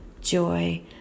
joy